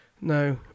No